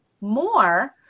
more